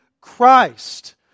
Christ